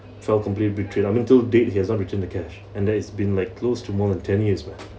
felt completely betrayed I mean till date he has not returned the cash and that it's been like close to more than ten years back